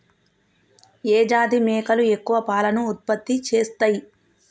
ఏ జాతి మేకలు ఎక్కువ పాలను ఉత్పత్తి చేస్తయ్?